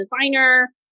designer